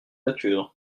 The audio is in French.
nature